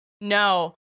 No